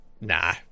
nah